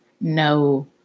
no